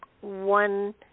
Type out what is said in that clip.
one